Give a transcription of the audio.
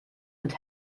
mit